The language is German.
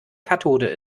kathode